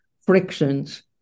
frictions